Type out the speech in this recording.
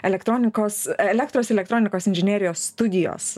elektronikos elektros elektronikos inžinerijos studijos